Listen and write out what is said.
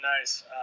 nice